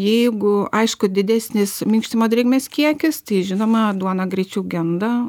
jeigu aišku didesnis minkštimo drėgmės kiekis tai žinoma duona greičiau genda